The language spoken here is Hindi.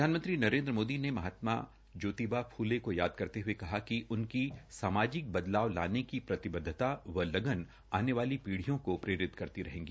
प्रधानमंत्री नरेन्द्र मोदी ने महात्मा ज्योतिबा फूले को याद करते हये कहा कि उनकी सामाजिक बदलाव लाने की प्रतिबदधता व लगन आने वाली पीप्रियों को प्रेरित करती रहेंगी